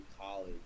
college